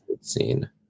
scene